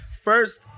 first